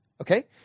Okay